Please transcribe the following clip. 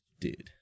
dude